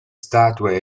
statue